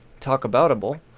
talkaboutable